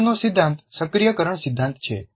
આગળનો સિદ્ધાંત સક્રિયકરણ સિદ્ધાંત છે